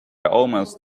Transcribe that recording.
almost